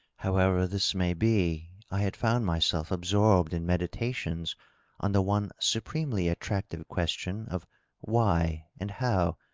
how ever this may be, i had found myself absorbed in meditations on the one supremely attractive question of why and how,